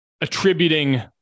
attributing